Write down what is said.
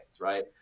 Right